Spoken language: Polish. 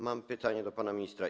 Mam pytanie do pana ministra.